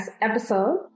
episode